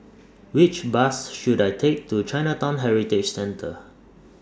Which Bus should I Take to Chinatown Heritage Centre